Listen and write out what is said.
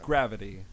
Gravity